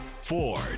Ford